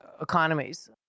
economies